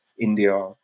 India